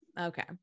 okay